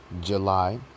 July